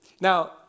Now